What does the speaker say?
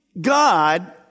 God